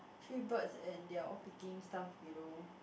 three birds and they are all picking stuff below